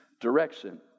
direction